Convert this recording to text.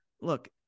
Look